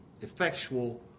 effectual